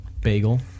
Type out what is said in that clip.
Bagel